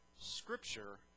Scripture